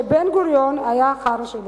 שבן-גוריון היה "חרא של בן-אדם".